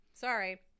sorry